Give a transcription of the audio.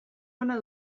ona